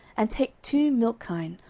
and take two milch kine,